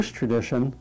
tradition